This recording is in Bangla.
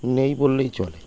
নেই বললেই চলে